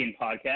podcast